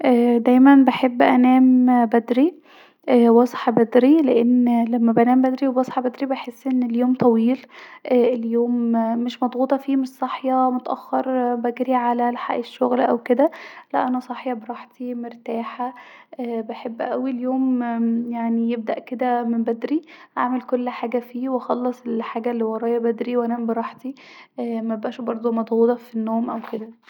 دايما بحب انام بدري واصحي بدري لأن لما بنام بدري وبصحي بدري بحس أن اليوم طويل اليوم مش مضغوطة فيه مش صاحيه متأخر وبجري علي الشغل أو كدة لا انا صاحيه براحتي مرتاحه بحب اوي اليوم يعني يبدأ كدا من بدري اعمل كل حاجه فيه واخلص الحاجه الي ورايا بدري وانام براحتي مبقاش بردو مضغوطه في النوم أو كدا